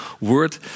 word